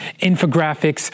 infographics